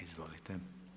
Izvolite.